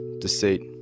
deceit